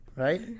right